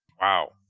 Wow